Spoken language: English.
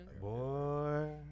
Boy